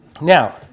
Now